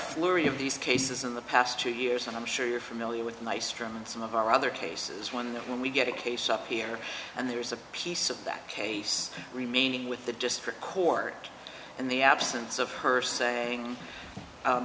flurry of these cases in the past two years and i'm sure you're familiar with nystrom and some of our other cases when the when we get a case up here and there is a piece of that case remaining with the district court in the absence of her saying